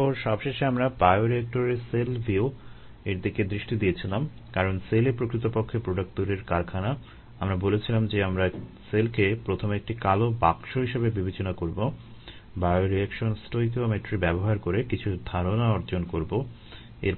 এরপর সবশেষে আমরা বায়োরিয়েক্টরের সেল ভিউ